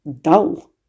dull